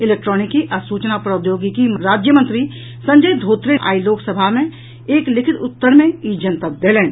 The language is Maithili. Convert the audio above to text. इलेक्ट्रॉनिकी आ सूचना प्रौद्योगिकी राज्यमंत्री संजय धोत्रे आइ लोकसभा मे एक लिखित उत्तर मे ई जनतब देलनि